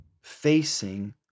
facing